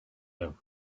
them